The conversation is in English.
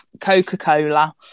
Coca-Cola